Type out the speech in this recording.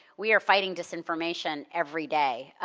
we are fighting disinformation every day